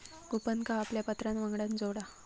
कूपनका आपल्या पत्रावांगडान जोडा